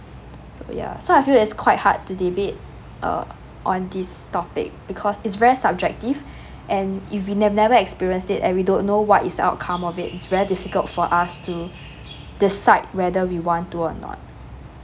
so ya so I feel that's quite hard to debate uh on this topic because it's very subjective and if you ne~ never experience it and we don't know what is the outcome of it it's very difficult for us to decide whether we want to or not